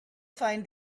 find